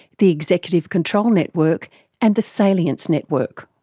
the executive control network and the salience network.